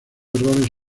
errores